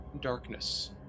darkness